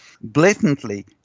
blatantly